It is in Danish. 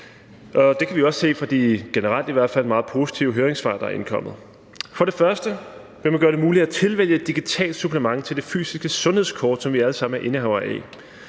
det kan vi jo også se fra de i hvert fald generelt meget positive høringssvar, der er indkommet. For det første vil man gøre det muligt at tilvælge et digitalt supplement til det fysiske sundhedskort, som vi jo alle sammen er indehavere af,